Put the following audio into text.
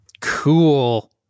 Cool